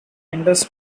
indus